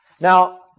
Now